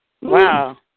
wow